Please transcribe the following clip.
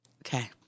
Okay